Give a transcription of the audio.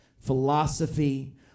philosophy